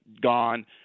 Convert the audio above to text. gone